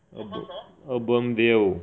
Urb~ UrbanVille